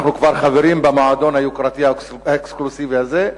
אנחנו כבר חברים במועדון היוקרתי האקסקלוסיבי הזה,